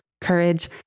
Courage